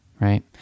right